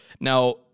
Now